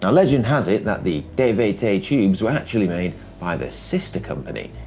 and legend has it, that the tvt tubes were actually made by their sister company,